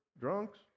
drunks